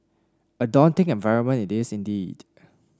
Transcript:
a daunting environment it is indeed